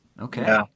Okay